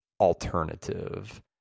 alternative